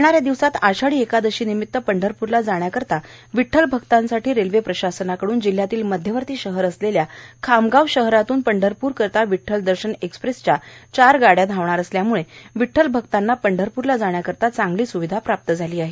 येणा या दिवसात आषाढी एकादशीनिमित्त पंढरप्रला जाण्याकरिता विठ्ठल भक्तांसाठी रेल्वे प्रशासनाकडून जिल्हयातील मध्यवर्ती शहर असलेल्या खामगाव शहरातून पंढरपूरकरिता विठ्ठल दर्शन एक्सप्रेसच्या चार चार गाड्या धावणार असल्याम्ळे विठ्ठल भक्तांना पंढरपूरला जाण्याकरिता एक चांगली स्विधा प्राप्त होणार आहे